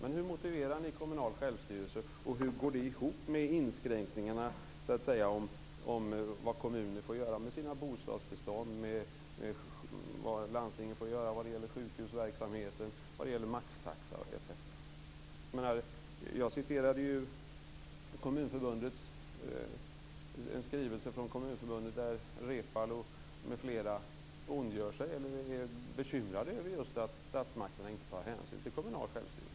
Men hur motiverar ni kommunal självstyrelse och hur går den ihop med inskränkningarna i vad kommuner får göra med sina bostadsbestånd, vad landstingen får göra när det gäller sjukhusverksamheten, vad man får göra när det gäller maxtaxa etc. Jag citerade en skrivelse från Kommunförbundet där Reepalu m.fl. är bekymrade över att statsmakterna inte tar hänsyn till kommunal självstyrelse.